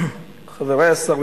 חברי השרים,